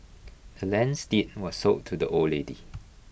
the land's deed was sold to the old lady